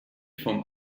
vom